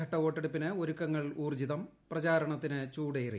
ഏഴാം ഘട്ട വോട്ടെടുപ്പിന് ഒരുക്ക്ക്ങ്ങ്ൾ ഊർജ്ജിതം പ്രചാരണത്തിന് ചൂടേറി